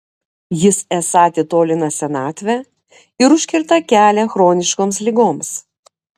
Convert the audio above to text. jis esą atitolina senatvę ir užkerta kelią chroniškoms ligoms